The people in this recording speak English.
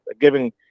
giving